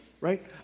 right